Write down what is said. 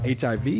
HIV